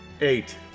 Eight